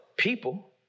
people